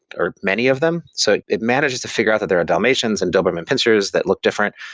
or many of them. so it manages to figure out that there are dalmatians and doberman pinschers that look different,